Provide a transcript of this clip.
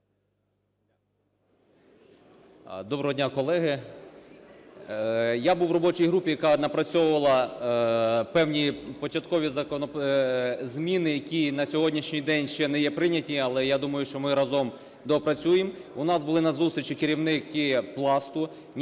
Доброго дня, колеги. Я був в робочій групі, яка напрацьовувала певні початкові зміни, які на сьогоднішній день ще не є прийняті, але, я думаю, що ми разом доопрацюємо. У нас були на зустрічі керівники Пласту,